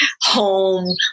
home